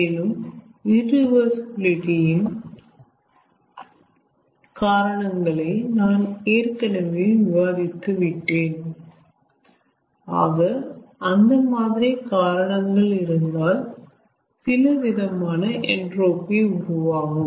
மேலும் இரிவர்சிபிலிட்டி இன் காரணங்களை நான் ஏற்கனவே விவாதித்து விட்டேன் ஆக அந்த மாதிரி காரணங்கள் இருந்தால் சிலவிதமான என்ட்ரோபி உருவாகும்